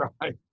right